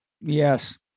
Yes